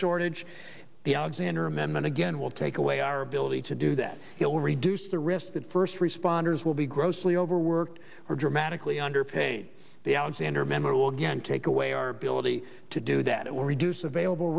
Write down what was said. shortage the alexander amendment again will take away our ability to do that will reduce the risk that first responders will be grossly overworked or dramatically underpaid the alexander memory will give and take away our ability to do that it will reduce available